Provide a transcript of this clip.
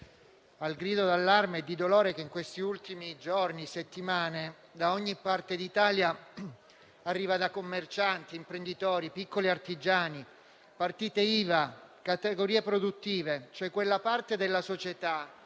al grido d'allarme e di dolore che in questi ultimi giorni e settimane da ogni parte d'Italia arriva da commercianti, imprenditori, piccoli artigiani, partite IVA e categorie produttive, cioè quella parte della società